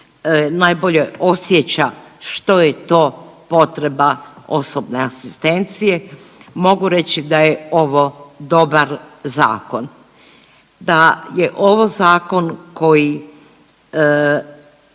najbolje osjeća što je to potreba osobne asistencije i mogu reći da je ovo dobar zakon, da je ovo zakon koji